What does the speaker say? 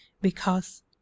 Because